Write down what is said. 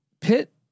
Pitt